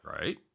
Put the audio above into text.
Right